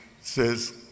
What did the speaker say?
says